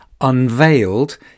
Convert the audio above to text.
unveiled